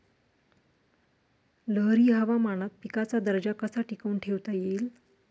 लहरी हवामानात पिकाचा दर्जा कसा टिकवून ठेवता येईल?